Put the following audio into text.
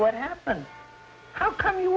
what happened how come you